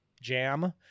jam